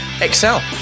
excel